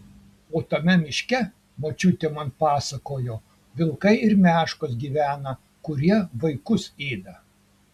o tame miške močiutė man pasakojo vilkai ir meškos gyvena kurie vaikus ėda